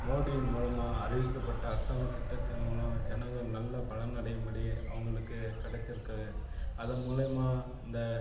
மோடியின் மூலமாக அறிவிக்கப்பட்ட அரசாங்க திட்டத்தின் மூலம் ஜனங்கள் நல்ல பலன் அடையும் படி அவங்களுக்கு கிடச்சி இருக்குது அதை மூலிமா இந்த